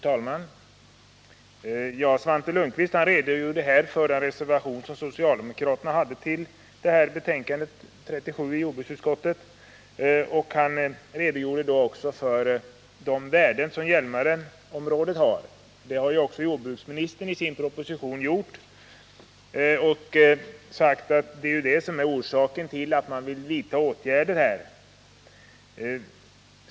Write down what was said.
Fru talman! Svante Lundkvist redogjorde för socialdemokraternas reservation till jordbruksutskottets betänkande 37, och han redogjorde också för de värden som gäller för Hjälmareområdet. Jordbruksministern har också i sin proposition sagt att det är dessa värden som är orsaken till att man vill vidta åtgärder.